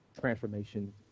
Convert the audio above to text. transformation